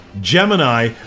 Gemini